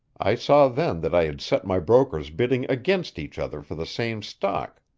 i saw then that i had set my brokers bidding against each other for the same stock.